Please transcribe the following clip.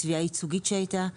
תביעה ייצוגית שהייתה,